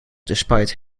despite